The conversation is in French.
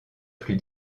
plus